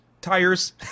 Tires